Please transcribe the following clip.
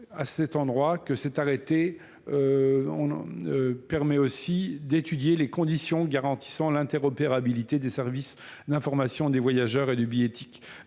à cet endroit que s'est arrêté On permet aussi d'étudier les conditions garantissant l'interopérabilité des services d'information des voyageurs et de bie éthique.